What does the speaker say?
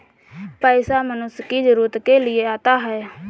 पैसा मनुष्य की जरूरत के लिए आता है